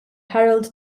harold